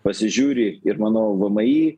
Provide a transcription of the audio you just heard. pasižiūri ir manau vmi